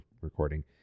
recording